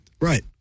Right